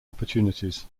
opportunities